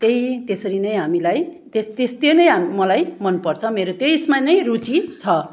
त्यही त्यसरी नै हामीलाई त्यो नै मलाई मन पर्छ मेरो त्यसमा नै रुचि छ